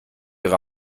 ihre